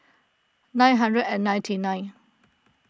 nine hundred and ninety nine